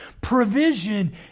provision